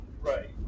Right